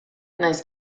nahiz